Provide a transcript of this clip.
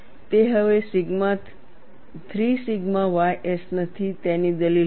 તે હવે ૩ sigma ys નથી તેની દલીલ હતી